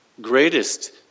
greatest